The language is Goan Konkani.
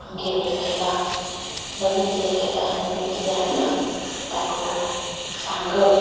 आमगेर हें केलां नवीन कितें केलां नवीन कितें हाडलां दाखोवप सांगप